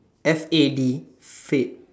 F_A_D fad